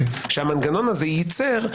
שהמנגנון הזה ייצר,